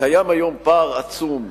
קיים היום פער עצום,